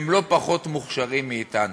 הם לא פחות מוכשרים מאתנו.